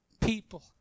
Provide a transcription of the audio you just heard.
people